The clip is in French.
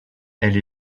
elle